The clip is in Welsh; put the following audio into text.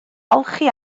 olchi